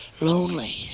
lonely